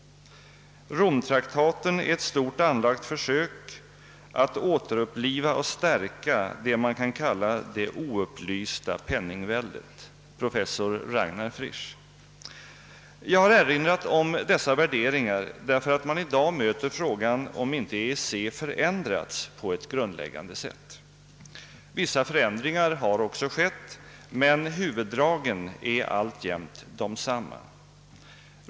»Romtraktaten är ett stort anlagt för sök att återuppliva och stärka det man kan kalla det oupplysta penningväldet.» — Professor Ragnar Frisch. Jag har erinrat om dessa värderingar därför att man i dag möter frågan, om inte EEC förändrats på ett grundläggande sätt. Vissa förändringar har skett, men huvuddragen är desamma.